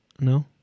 No